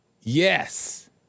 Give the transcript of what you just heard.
yes